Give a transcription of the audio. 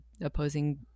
opposing